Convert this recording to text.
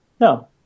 No